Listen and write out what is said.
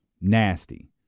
Nasty